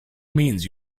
means